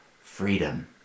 Freedom